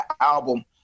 album